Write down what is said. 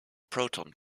proton